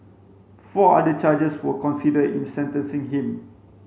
four other charges were considered in sentencing him